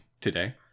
today